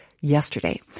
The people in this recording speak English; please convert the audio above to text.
yesterday